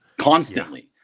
Constantly